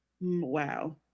Wow